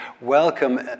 welcome